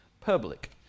public